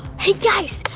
hey guys,